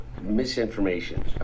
misinformation